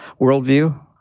worldview